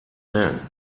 man